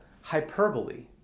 hyperbole